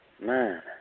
Man